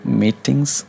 meetings